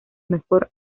mejor